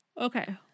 Okay